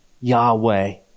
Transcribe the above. Yahweh